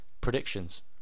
predictions